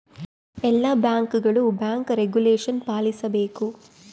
ಎಲ್ಲ ಬ್ಯಾಂಕ್ಗಳು bank regulation ಪಾಲಿಸಬೇಕು